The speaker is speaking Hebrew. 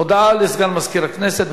הודעה לסגן מזכיר הכנסת,